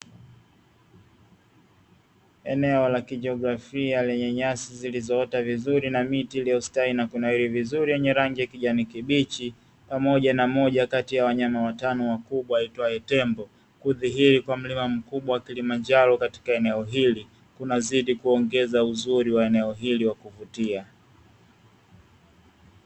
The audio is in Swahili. Eneo la kijiografia lenye nyasi zilizoota vizuri na miti iliyostawi na kunawiri vizuri yenye rangi ya kijani kibichi, pamoja na moja kati ya wanyama watano wakubwa aitwaye tembo kudhiri kwa mlima mkubwa Kilimanjaro katika eneo hili, kunazidi kuongeza uzuri wa eneo hili wa kuvutia.